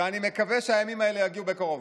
ואני מקווה שהימים האלה יגיעו בקרוב.